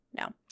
No